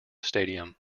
stadium